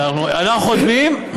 אנחנו חותמים,